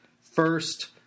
first